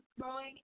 growing